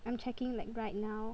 I'm checking like right now